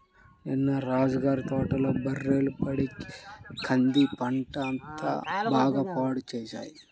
నిన్న రాజా గారి తోటలో బర్రెలు పడి కంద పంట అంతా బాగా పాడు చేశాయి